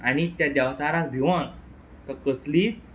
आनी ते देंवचाराक भिवून तो कसलींच